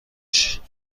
شده